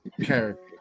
character